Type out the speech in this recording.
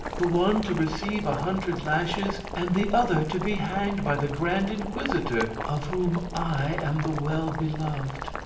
the one to receive a hundred lashes, and the other to be hanged by the grand inquisitor, of whom i am the well-beloved?